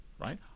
right